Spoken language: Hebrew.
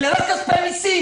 אלה לא כספי מסים